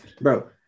Bro